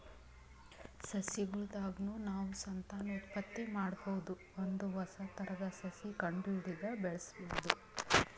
ಸಸಿಗೊಳ್ ದಾಗ್ನು ನಾವ್ ಸಂತಾನೋತ್ಪತ್ತಿ ಮಾಡಬಹುದ್ ಒಂದ್ ಹೊಸ ಥರದ್ ಸಸಿ ಕಂಡಹಿಡದು ಬೆಳ್ಸಬಹುದ್